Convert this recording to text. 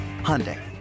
Hyundai